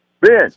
Ben